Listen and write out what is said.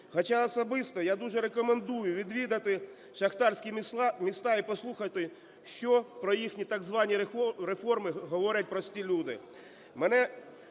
Хоча особисто я дуже рекомендую відвідати шахтарські міста і послухати, що про їхні так звані реформи говорять прості люди.